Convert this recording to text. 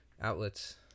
outlets